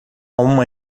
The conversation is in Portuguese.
uma